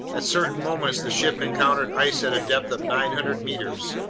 at certain moments the ship encountered ice at a depth of nine hundred meters,